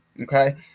Okay